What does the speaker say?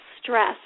stress